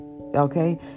okay